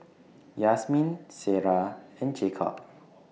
Yasmeen Ciera and Jakob